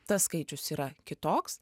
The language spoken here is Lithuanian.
tas skaičius yra kitoks